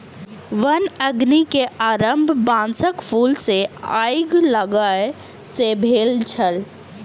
वन अग्नि के आरम्भ बांसक फूल मे आइग लागय सॅ भेल छल